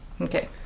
Okay